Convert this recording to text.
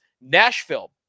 Nashville